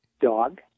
dog